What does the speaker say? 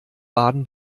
baden